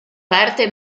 parte